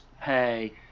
pay